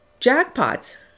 Jackpots